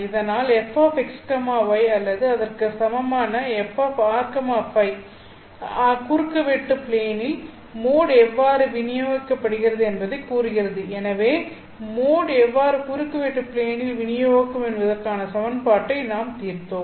இதனால் fxy அல்லது அதற்கு சமமான frØ குறுக்குவெட்டு ப்ளேனில் மோட் எவ்வாறு விநியோகிக்கப்படுகிறது என்பதைக் கூறுகிறது எனவே மோட் எவ்வாறு குறுக்குவெட்டு ப்ளேனில் வினியோகிக்கும் என்பதற்கான சமன்பாட்டை நாம் தீர்த்தோம்